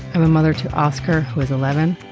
i'm a mother, too. oscar was eleven.